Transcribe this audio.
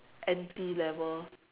N_T level